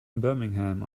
birmingham